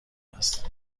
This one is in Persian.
است